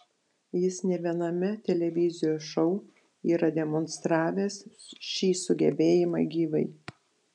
jis ne viename televizijos šou yra demonstravęs šį sugebėjimą gyvai